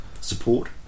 support